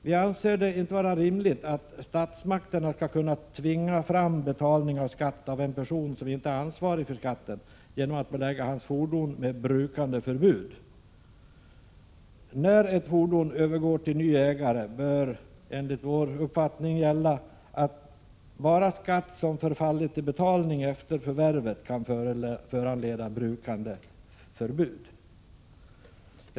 Vi anser att det inte är rimligt att statsmakterna skall kunna tvinga fram skattebetalning av en person som inte är ansvarig för skatten genom att belägga hans fordon med brukandeförbud. När ett fordon övergår till ny ägare bör, enligt vår uppfattning, gälla att bara skatt som förfaller till betalning efter förvärvet kan föranleda brukandeförbud.